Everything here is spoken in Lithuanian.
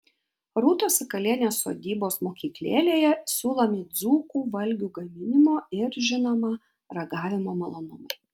rūtos sakalienės sodybos mokyklėlėje siūlomi dzūkų valgių gaminimo ir žinoma ragavimo malonumai